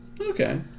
Okay